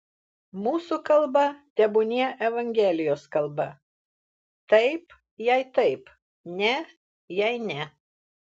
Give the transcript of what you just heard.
mūsų kalba tebūnie evangelijos kalba taip jei taip ne jei ne